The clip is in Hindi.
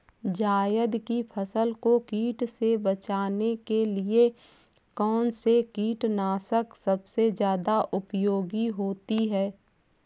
जायद की फसल को कीट से बचाने के लिए कौन से कीटनाशक सबसे ज्यादा उपयोगी होती है?